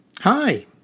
Hi